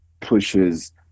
pushes